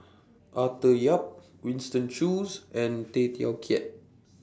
Arthur Yap Winston Choos and Tay Teow Kiat